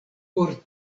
por